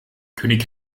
könig